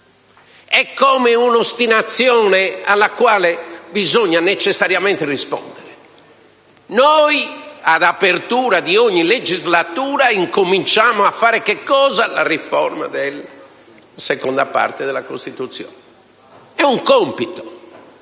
È come un'ostinazione alla quale bisogna necessariamente rispondere. Noi all'apertura di ogni legislatura incominciamo a fare che cosa? La riforma della Parte II della Costituzione. È un compito: